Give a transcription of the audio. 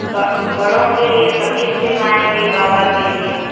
ब बड़ों के लिए क़मीज़ सिलवाएंगे बाबा के लिए